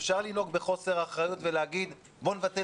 אפשר לנהוג בחוסר אחריות ולהגיד בוא נבטל